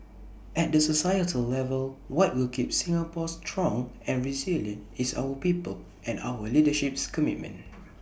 at the societal level what will keep Singapore strong and resilient is our people's and our leadership's commitment